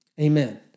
Amen